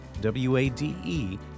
W-A-D-E